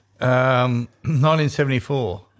1974